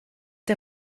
der